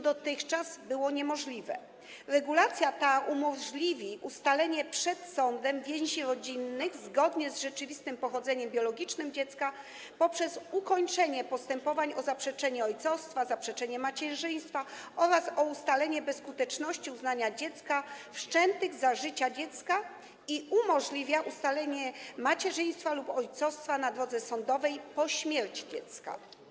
Dotychczas tak nie było, ale regulacja ta umożliwi ustalenie przed sądem więzi rodzinnych zgodnie z rzeczywistym pochodzeniem biologicznym dziecka poprzez ukończenie postępowań o zaprzeczenie ojcostwa, zaprzeczenie macierzyństwa oraz o ustalenie bezskuteczności uznania dziecka wszczętych za życia dziecka i umożliwi ustalenie macierzyństwa lub ojcostwa na drodze sądowej po śmierci dziecka.